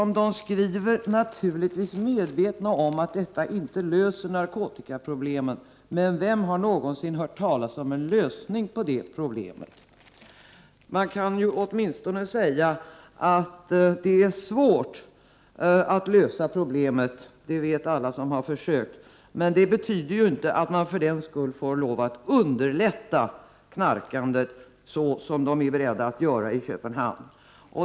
Myndigheterna är ”naturligtvis medvetna om att detta inte löser narkotikaproblemet, men vem har någonsin hört talas om en lösning på det problemet?” Man kan åtminstone säga att det är svårt att lösa problemet. Det vet alla som har försökt. Men det betyder inte att man för den skull får lov att underlätta knarkandet så som myndigheterna är beredda att göra i Köpenhamn.